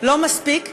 לא מספיק ייצוגיים,